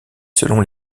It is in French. selon